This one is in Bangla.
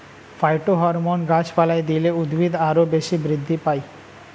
ফাইটোহরমোন গাছপালায় দিলে উদ্ভিদ আরও বেশি বৃদ্ধি পায়